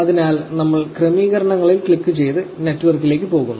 അതിനാൽ നമ്മൾ ക്രമീകരണങ്ങളിൽ ക്ലിക്കുചെയ്ത് നെറ്റ്വർക്കിലേക്ക് പോകുന്നു